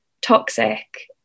toxic